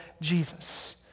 Jesus